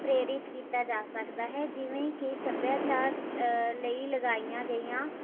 ਪ੍ਰੇਰਿਤ ਕੀਤਾ ਜਾ ਸਕਦਾ ਹੈ ਜਿਵੇਂ ਕਿ ਸੱਭਿਆਚਾਰ ਲਈ ਲਗਾਈਆਂ ਗਈਆਂ